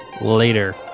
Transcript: Later